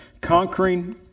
conquering